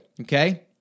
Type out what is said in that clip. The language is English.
okay